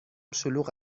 شلوغ